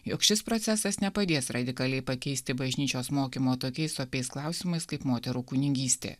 jog šis procesas nepadės radikaliai pakeisti bažnyčios mokymo tokiais opiais klausimais kaip moterų kunigystė